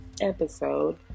episode